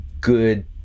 good